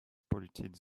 polluted